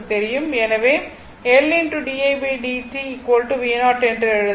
எனவே L didt v0 என்று எழுதலாம்